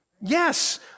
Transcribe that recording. Yes